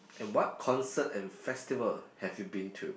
and what concert and festival have you been to